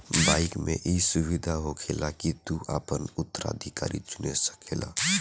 bike मे ई सुविधा होखेला की तू आपन उत्तराधिकारी चुन सकेल